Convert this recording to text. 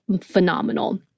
phenomenal